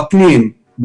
בפנים,